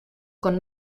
con